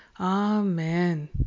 amen